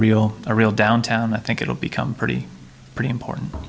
real a real downtown i think it will become pretty pretty important